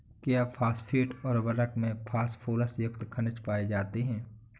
क्या फॉस्फेट उर्वरक में फास्फोरस युक्त खनिज पाए जाते हैं?